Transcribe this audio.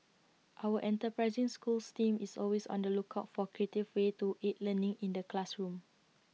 our enterprising schools team is always on the lookout for creative ways to aid learning in the classroom